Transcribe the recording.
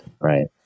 right